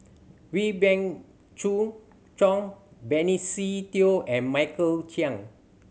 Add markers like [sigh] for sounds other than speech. Wee Beng [unintelligible] Chong Benny Se Teo and Michael Chiang